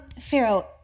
Pharaoh